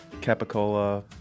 capicola